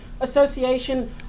Association